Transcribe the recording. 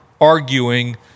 arguing